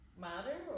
matter